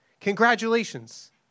Congratulations